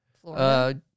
Florida